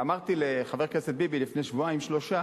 ואמרתי לחבר הכנסת ביבי לפני שבועיים-שלושה